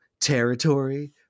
territory